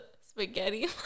spaghetti